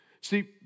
See